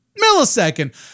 millisecond